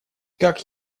как